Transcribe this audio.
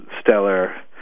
stellar